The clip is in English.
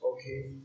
Okay